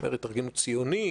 התארגנות ציונית.